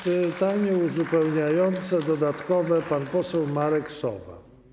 Pytanie uzupełniające, dodatkowe zada pan poseł Marek Sowa.